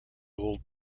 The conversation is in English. old